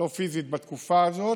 לא פיזית, בתקופה הזאת,